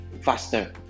faster